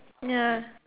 ya